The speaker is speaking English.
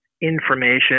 information